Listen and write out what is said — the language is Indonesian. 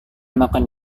makan